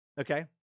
Okay